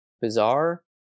bizarre